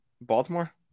Baltimore